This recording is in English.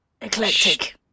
eclectic